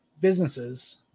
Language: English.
businesses